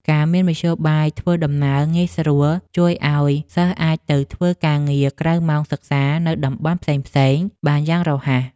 ការមានមធ្យោបាយធ្វើដំណើរងាយស្រួលជួយឱ្យសិស្សអាចទៅធ្វើការងារក្រៅម៉ោងសិក្សានៅតំបន់ផ្សេងៗបានយ៉ាងរហ័ស។